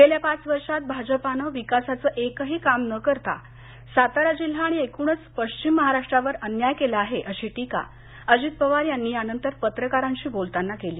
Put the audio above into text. गेल्या पाच वर्षात भाजपाने विकासाचं एकही काम न करता सातारा जिल्हा आणि एकूणच पश्चिम महाराष्ट्रावर अन्याय केला आहे अशी टीका अजित पवार यांनी यानंतर पत्रकारांशी बोलताना केली